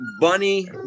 Bunny